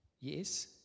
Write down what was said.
Yes